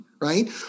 right